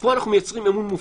פה אנחנו מייצרים אמון מופחת: